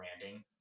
branding